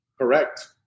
Correct